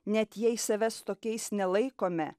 net jei savęs tokiais nelaikome